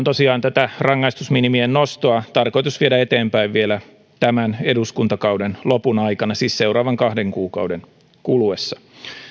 tosiaan tätä rangaistusminimien nostoa on tarkoitus viedä eteenpäin vielä tämän eduskuntakauden lopun aikana siis seuraavan kahden kuukauden kuluessa